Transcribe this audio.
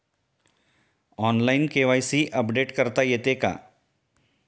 Online KYC update करता येते का?